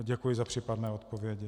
Děkuji za případné odpovědi.